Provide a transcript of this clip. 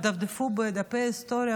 תדפדפו בדפי ההיסטוריה,